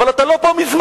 אבל אתה לא פה מזמן.